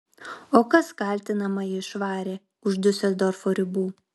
o kas kaltinamąjį išvarė už diuseldorfo ribų